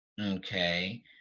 Okay